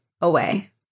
away